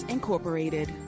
Incorporated